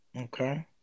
okay